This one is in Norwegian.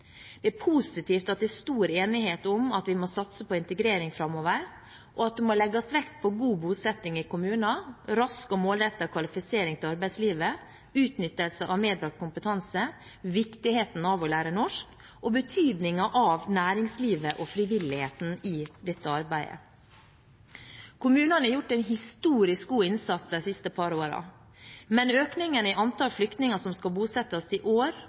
Det er positivt at det er stor enighet om at vi må satse på integrering framover, og at det må legges vekt på god bosetting i kommuner, rask og målrettet kvalifisering til arbeidslivet, utnyttelse av medbrakt kompetanse, viktigheten av å lære norsk og betydningen av næringslivet og frivilligheten i dette arbeidet. Kommunene har gjort en historisk god innsats de siste par årene, men økningen i antall flyktninger som skal bosettes i år